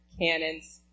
Cannons